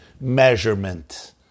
Measurement